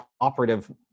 operative